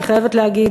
אני חייבת להגיד,